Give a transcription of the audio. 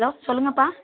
hello சொல்லுங்கப்பா